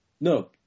No